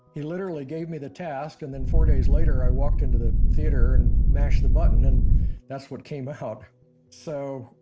he literally gave me the task and then four days later i walked into the theater and mashed the button and that's what came ah out so,